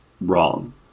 wrong